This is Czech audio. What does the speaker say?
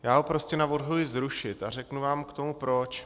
Já ho prostě navrhuji zrušit a řeknu vám k tomu proč.